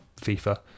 FIFA